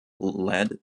lead